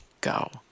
go